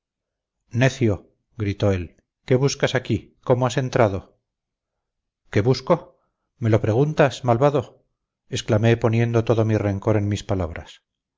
necio gritó él qué buscas aquí cómo has entrado qué busco me lo preguntas malvado exclamé poniendo todo mi rencor en mis palabras